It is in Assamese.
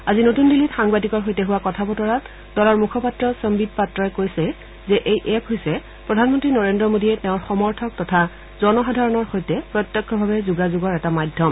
আজি নত়ন দিল্লীত সাংবাদিকৰ সৈতে হোৱা কথা বতৰাত দলৰ মুখপাত্ৰ চন্নিত পাত্ৰই কৈছে যে এই এপ্ হৈছে প্ৰধানমন্নী নৰেজ্ৰ মোডীয়ে তেওঁৰ সমৰ্থক তথা জনসাধাৰণৰ সৈতে প্ৰত্যক্ষভাৱে যোগাযোগৰ এটা মাধ্যম